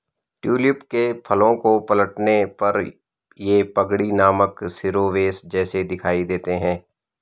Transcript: tulip के फूलों को पलटने पर ये पगड़ी नामक शिरोवेश जैसे दिखाई देते हैं